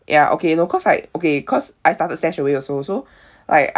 ya okay no because like okay cause I started StashAway also like